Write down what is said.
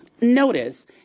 Notice